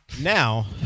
now